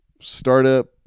startup